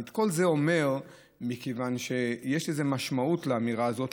את כל זה אני אומר מכיוון שיש משמעות לאמירה הזאת,